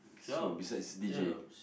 jobs jobs